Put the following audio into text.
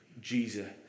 Jesus